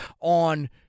on